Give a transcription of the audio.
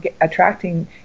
attracting